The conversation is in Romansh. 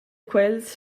quels